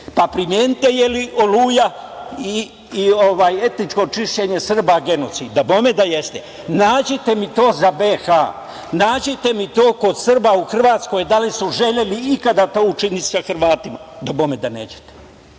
pa primenite. Da li je „Oluja“ i etničko čišćenja Srba genocid? Dabome da jeste. Nađite mi to za BiH. Nađite mi to kod Srba u Hrvatskoj da li su želeli ikada to učiniti sa Hrvatima? Dabome da nećete. Ovo